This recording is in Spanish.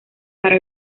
para